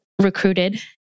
recruited